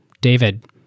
David